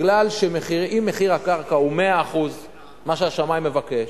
מכיוון שאם מחיר הקרקע הוא 100% של מה שהשמאי מבקש,